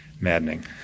maddening